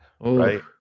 Right